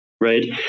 right